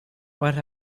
what